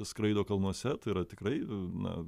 skraido kalnuose tai yra tikrai na